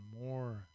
more